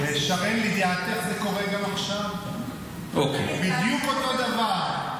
שרן, לידיעתך, זה קורה גם עכשיו, בדיוק אותו דבר.